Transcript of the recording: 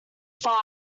fire